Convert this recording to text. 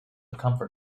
comfort